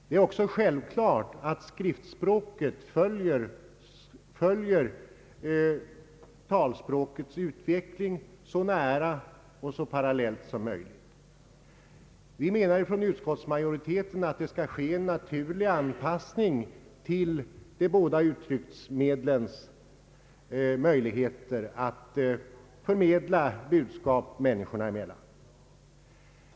Det är också självklart att skriftspråket följer talspråkets utveckling så nära och så parallellt som möjligt. Utskottsmajoriteten menar att det skall ske en naturlig anpassning av de båda uttrycksmedlens möjligheter att förmedla budskap människorna emellan.